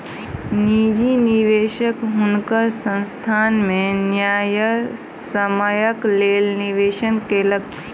निजी निवेशक हुनकर संस्थान में न्यायसम्यक लेल निवेश केलक